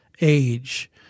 age